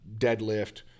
deadlift